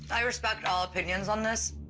i respect all opinions on this.